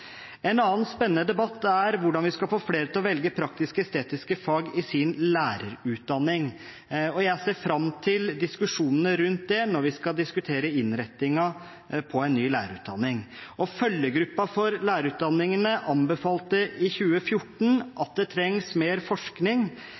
En annen spennende debatt er hvordan vi skal få flere til å velge praktisk-estetiske fag i sin lærerutdanning. Jeg ser fram til diskusjonene rundt det når vi skal diskutere innrettingen på en ny lærerutdanning. Følgegruppen for lærerutdanningene anbefalte i 2014 at det trengs mer forskning